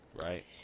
Right